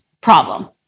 problem